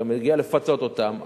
וגם מגיע לפצות אותם,